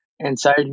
inside